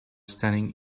standing